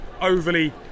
overly